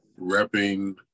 repping